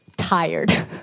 tired